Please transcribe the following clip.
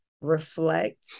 reflect